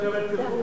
אפשר לקבל תרגום?